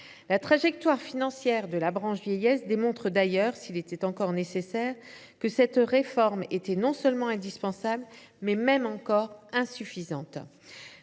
La trajectoire financière de la branche vieillesse démontre d’ailleurs, si cela était encore nécessaire, que cette réforme était certes indispensable, mais qu’elle est encore insuffisante.